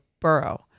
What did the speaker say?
borough